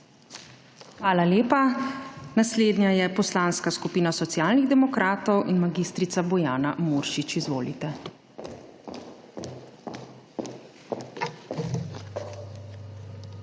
Hvala lepa. Naslednja je Poslanska skupina Socialnih demokratov in mag. Bojana Muršič. Izvolite.